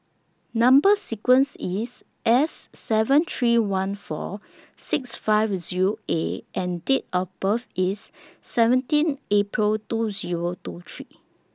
Number sequence IS S seven three one four six five Zero A and Date of birth IS seventeen April two Zero two three